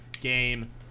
game